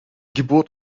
geburt